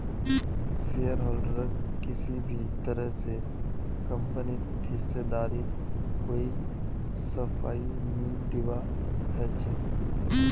शेयरहोल्डरक किसी भी तरह स कम्पनीत हिस्सेदारीर कोई सफाई नी दीबा ह छेक